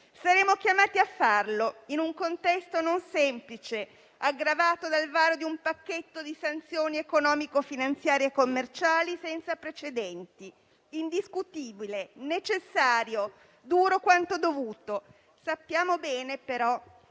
Saremo chiamati a farlo in un contesto non semplice, aggravato dal varo di un pacchetto di sanzioni economico-finanziarie e commerciali senza precedenti; indiscutibile, necessario, duro quanto dovuto. Sappiamo bene, però,